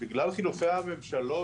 ובגלל חילופי הממשלות,